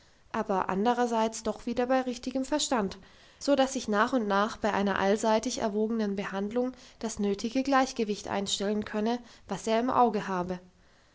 aber anderseits doch wieder bei richtigem verstand so dass sich nach und nach bei einer allseitig erwogenen behandlung das nötige gleichgewicht einstellen könne was er im auge habe